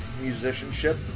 musicianship